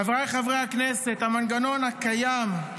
חבריי חברי הכנסת, המנגנון הקיים,